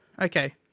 Okay